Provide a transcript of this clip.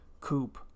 coupe